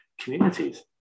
communities